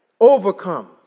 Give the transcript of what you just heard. overcome